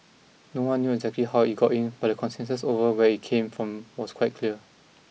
no one knew exactly how it got in but the consensus over where it came from was quite clear